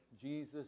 Jesus